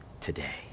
today